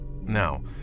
Now